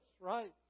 right